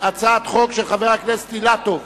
הצעת חוק של חבר הכנסת אילטוב.